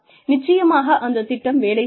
நிச்சயமாக அந்த திட்டம் வேலை செய்யாது